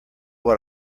what